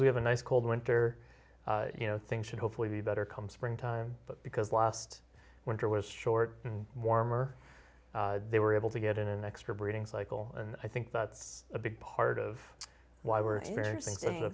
we have a nice cold winter you know things should hopefully be better come springtime but because last winter was short and warmer they were able to get in an extra breeding cycle and i think that's a big part of why we're